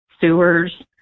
sewers